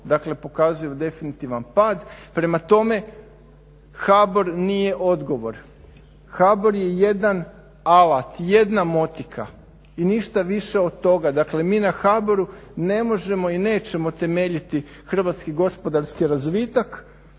Dakle, pokazuju definitivan pad. Prema tome, HBOR nije odgovor. HBOR je jedan alat, jedna motika i ništa više od toga. Dakle, mi na HBOR-u ne možemo i nećemo temeljiti hrvatski gospodarski razvitak